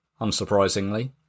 unsurprisingly